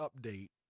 update